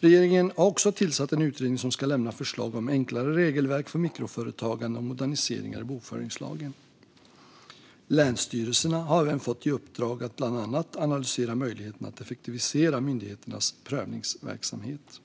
Regeringen har också tillsatt en utredning som ska lämna förslag om enklare regelverk för mikroföretagande och moderniseringar i bokföringslagen. Länsstyrelserna har även fått i uppdrag att bland annat analysera möjligheterna att effektivisera myndigheternas prövningsverksamhet.